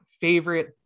favorite